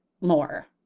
more